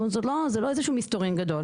זאת אומרת שזה לא איזשהו מסתורין גדול.